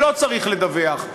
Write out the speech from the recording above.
לא צריך לדווח.